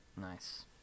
nice